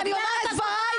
ואני אומר את דבריי,